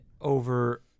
over